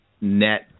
net